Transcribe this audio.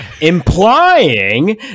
implying